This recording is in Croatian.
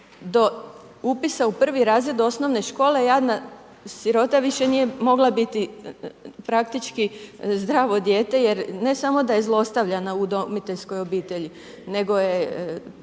do upisa u 1. razred osnovne škole, jadna, sirota više nije mogla biti praktički zdravo dijete jer ne samo da je zlostavljana u udomiteljskoj obitelji, nego je